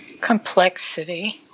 complexity